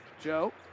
Joe